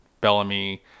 Bellamy